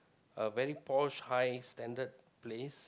a very posh high standard place